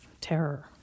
terror